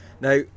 Now